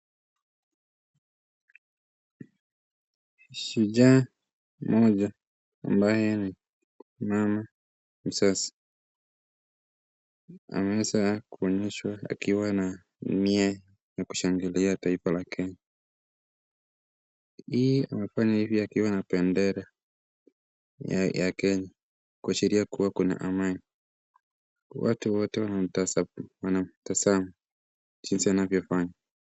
Shunjaa moja ambaye ni mama mzazi, ameweza kuonyeshwa akiwa na nia ya kushangilia taifa la Kenya. Hii amefanya hivo akiwa na bendera, ya Kenya kuashiria kuwa kuna amani. Watu wote wanamtazama jinsi anavyofanya.